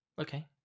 Okay